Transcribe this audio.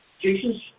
Jason